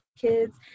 kids